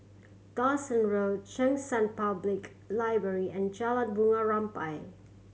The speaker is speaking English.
Dawson Road Cheng San Public Library and Jalan Bunga Rampai